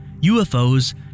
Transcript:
UFOs